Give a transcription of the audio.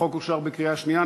החוק אושר בקריאה שנייה.